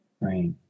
Right